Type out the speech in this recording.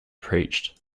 preached